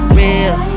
real